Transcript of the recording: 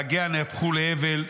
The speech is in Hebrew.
חגיה נהפכו לאבל,